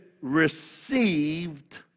Received